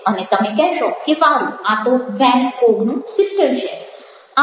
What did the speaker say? અને તમે કહેશો કે વારુ આ તો વેન ગોગ નું 'સિસ્ટર' છે